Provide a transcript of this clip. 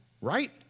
Right